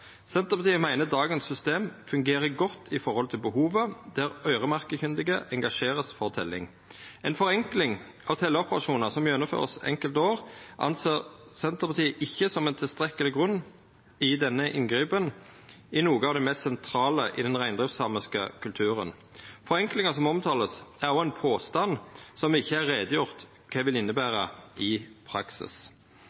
Senterpartiet meiner systemet av i dag fungerer godt ut frå behovet, der øyremerkekyndige vert engasjerte for teljing. Ei forenkling av teljeoperasjonar som vert gjennomførte enkelte år, ser Senterpartiet ikkje som tilstrekkeleg grunn til dette inngrepet i noko av det mest sentrale i den reindriftssamiske kulturen. Forenklinga som vert omtalt, er også ein påstand som det ikkje er greidd ut for kva vil